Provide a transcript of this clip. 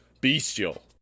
bestial